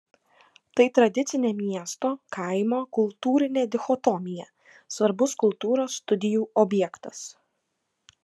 tai tradicinė miesto kaimo kultūrinė dichotomija svarbus kultūros studijų objektas